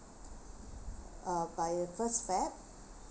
uh by first feb